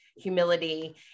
humility